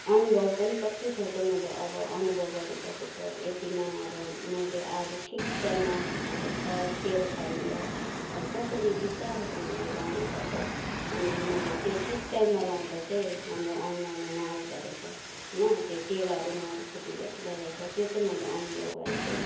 अनुभव पनि कति ठाउँ चाहिँ मैले अब अनुभव गरिसके छ यतिमा अब मैले अब ठिक टाइममा अब ख तेल खारिँदा अब कसरी विस्तारोसँगले लगाउनुपर्छ अनि मैले त्यो ठिक टाइममा लगाउँदा चाहिँ हाम्रो अनुहारमा नआउँदो रहेछ होइन त्यो तेलहरू नउछिट्टिँदो रहेछ त्यो चाहिँ मैले अनुभव गरेको